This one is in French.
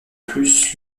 plus